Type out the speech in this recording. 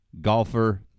golfer